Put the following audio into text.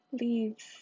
leaves